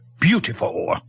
beautiful